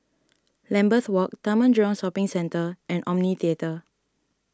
Lambeth Walk Taman Jurong Shopping Centre and Omni theatre